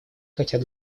хотят